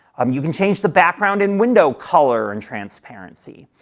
um you can change the background and window color and transparency,